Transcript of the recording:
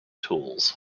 tools